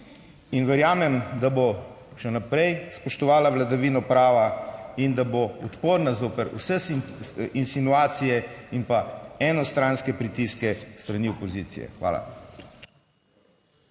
in verjamem, da bo še naprej spoštovala vladavino prava in da bo odporna zoper vse insinuacije in pa enostranske pritiske s strani opozicije. Hvala.